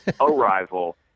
Arrival